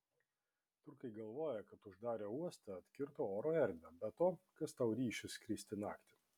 turkai galvoja kad uždarę uostą atkirto oro erdvę be to kas tau ryšis skristi naktį